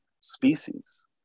species